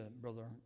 brother